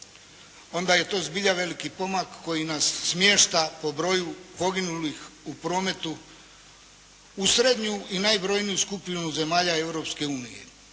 onda je to zbilja veliki pomak koji nas smješta po broju poginulih u prometu u srednju i najbrojniju skupinu zemalja